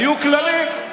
היו כללים.